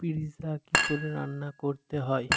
pizza কী করে রান্না করতে হয়